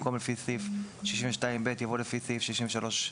במקום "לפי סעיף 62(ב) יבוא "לפי סעיף 63(ב)".